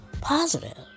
positive